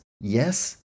Yes